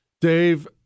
Dave